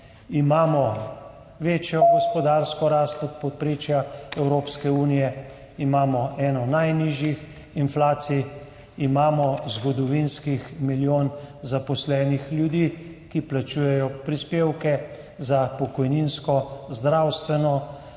Imamo večjo gospodarsko rast od povprečja Evropske unije, imamo eno najnižjih inflacij, imamo zgodovinskih milijon zaposlenih ljudi, ki plačujejo prispevke za pokojninsko, zdravstveno